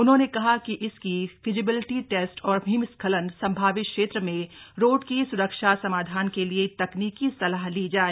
उन्होंने कहा कि इसकी फीजिबिलिटी टेस्ट और हिमस्खलन सम्भावित क्षेत्र में रोड की सुरक्षा समाधान के लिए तकनीकी सलाह ली जाए